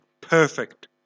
perfect